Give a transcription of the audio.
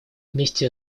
вместе